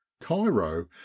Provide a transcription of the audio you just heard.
Cairo